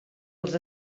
els